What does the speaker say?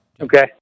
Okay